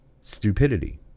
stupidity